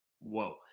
Whoa